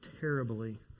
terribly